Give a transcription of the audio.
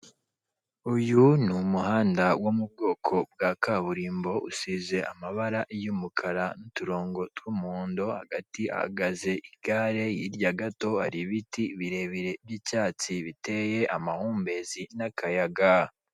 Uyu ni umuhanda wo mu bwoko bwa kaburimbo usize amabara y'umukara n'uturongo tw'umuhondo hagati hahagaze igare hirya gato hari ibiti birebire by'icyatsi biteye amahumbezi n'akayaga.